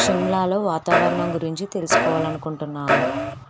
సిమ్లాలో వాతావరణం గురించి తెలుసుకోవాలని అనుకుంటున్నాను